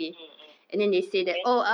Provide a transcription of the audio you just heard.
mm mm then